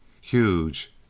huge